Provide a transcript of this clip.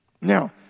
Now